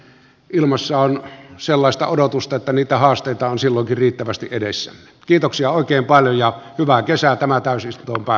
ilmassa on sellaista odotusta että niitä ostetaan siloti riittävästi vedessä kiitoksia oikein paljon hyvää kesää tämä mukaisena